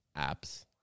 apps